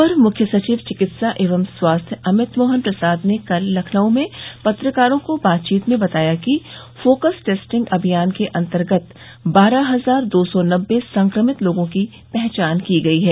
अपर मुख्य सचिव चिकित्सा एवं स्वास्थ्य अमित मोहन प्रसाद ने कल लखनऊ में पत्रकारों से बातचीत में बताया कि फोकस टेस्टिंग अभियान के अन्तर्गत बारह हजार दो सौ नब्बे संक्रमित लोगों की पहचान की गई है